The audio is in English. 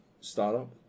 startup